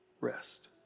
rest